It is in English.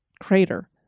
crater